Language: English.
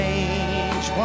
change